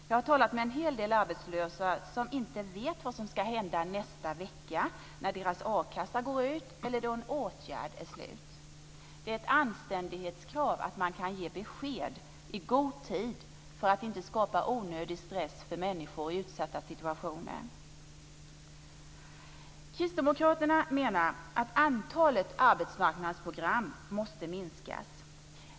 Jag har talat med en hel del arbetslösa som inte vet vad som händer nästkommande vecka när deras a-kassa går ut eller när en åtgärd är slut. Det är ett anständighetskrav att i god tid kunna ge besked; detta för att inte skapa onödig stress för människor i utsatta situationer. Kristdemokraterna menar att antalet arbetsmarknadsprogram måste minskas.